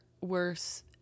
worse